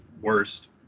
worst